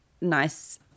nice